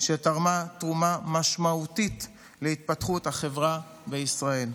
שתרמה תרומה משמעותית להתפתחות החברה בישראל.